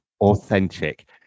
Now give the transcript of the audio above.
authentic